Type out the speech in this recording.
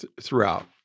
throughout